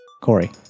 Corey